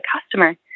customer